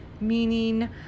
meaning